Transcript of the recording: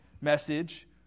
message